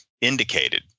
indicated